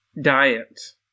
diet